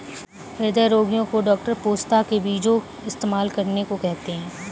हृदय रोगीयो को डॉक्टर पोस्ता के बीजो इस्तेमाल करने को कहते है